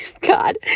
God